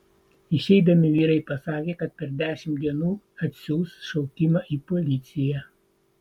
išeidami vyrai pasakė kad per dešimt dienų atsiųs šaukimą į policiją